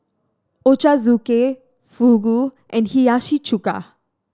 Ochazuke Fugu and Hiyashi Chuka